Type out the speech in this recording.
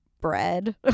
bread